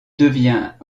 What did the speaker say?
devient